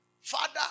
Father